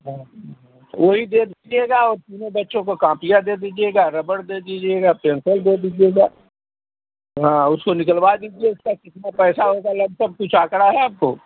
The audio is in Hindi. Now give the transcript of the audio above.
हाँ जी हाँ ओही दे दीजिएगा और तीनों बच्चों का कापियाँ दे दीजिएगा रबड़ दे दीजिएगा पेन्सल दे दीजिएगा हाँ उसको निकलवा दीजिए इसका कितना पैसा होगा लभसम कुछ आँकड़ा है आपको